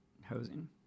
housing